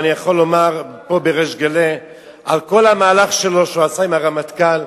ואני יכול לומר פה בריש גלי על כל המהלך שלו שהוא עשה עם הרמטכ"ל,